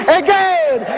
again